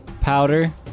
powder